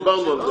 דיברנו על זה,